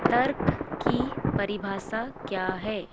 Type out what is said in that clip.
तर्क की परिभाषा क्या है